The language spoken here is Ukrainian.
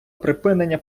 припинення